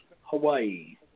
Hawaii